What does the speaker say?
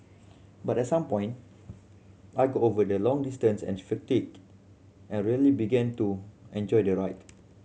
but at some point I got over the long distance and fatigue and really began to enjoy the ride